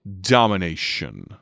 domination